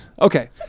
Okay